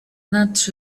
not